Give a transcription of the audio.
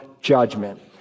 judgment